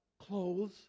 clothes